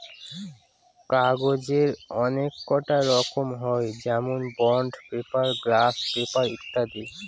কাগজের অনেককটা রকম হয় যেমন বন্ড পেপার, গ্লাস পেপার ইত্যাদি